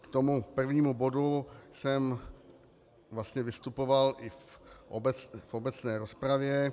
K tomu prvnímu bodu jsem vlastně vystupoval i v obecné rozpravě.